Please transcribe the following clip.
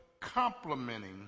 complimenting